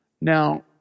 Now